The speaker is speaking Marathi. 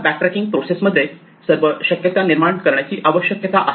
बॅकट्रॅकिंग प्रोसेसमध्ये आपल्याला सर्व शक्यता निर्माण करण्याची आवश्यकता आहे